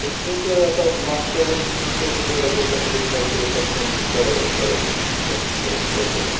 तर तेचं आता मागच्या वर्षीचीच कंटिन्यू करायचं आहे का त्याच्यात काय थोडेफार चेंजस करावं करायचे त्या त्या विषयावर जरा